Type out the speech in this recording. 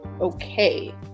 okay